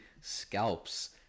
scalps